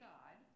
God